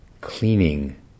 cleaning